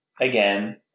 Again